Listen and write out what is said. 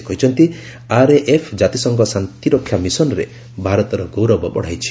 ସେ କହିଛନ୍ତି ଆର୍ଏଏଫ୍ ଜାତିସଂଘ ଶାନ୍ତିରକ୍ଷା ମିଶନରେ ଭାରତର ଗୌରବ ବଢ଼ାଇଛି